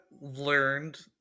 learned